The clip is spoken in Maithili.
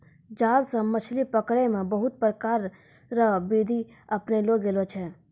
जाल से मछली पकड़ै मे बहुत प्रकार रो बिधि अपनैलो गेलो छै